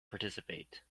participate